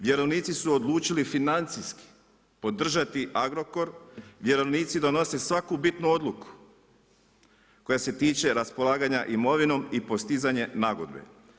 Vjerovnici su odlučili financijski podržati Agrokor, vjerovnici donose svaku bitnu odluku, koja se stiče raspolaganja imovinom i postizanje nagodbe.